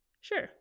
Sure